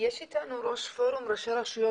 נמצא איתנו ראש פורום ראשי רשויות